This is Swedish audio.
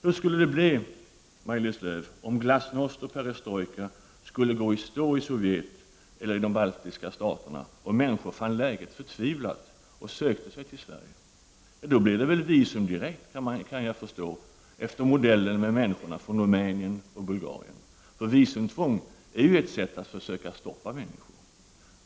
Hur skulle det bli, Maj-Lis Lööw, om glasnost och perestrojka skulle gå i stå i Sovjet eller i de baltiska staterna om människor fann läget förtvivlat och sökte sig till Sverige? Ja, då blir det väl visumtvång direkt, kan jag förstå, efter modellen för människorna från Rumänien och Bulgarien. För visumtvång är ju ett sätt att försöka stoppa människor.